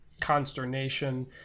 consternation